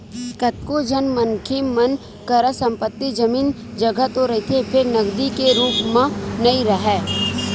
कतको झन मनखे मन करा संपत्ति, जमीन, जघा तो रहिथे फेर नगदी के रुप म नइ राहय